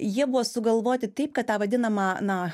jie buvo sugalvoti taip kad tą vadinamą na